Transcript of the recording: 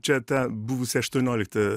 čia ta buvusi aštuoniolikta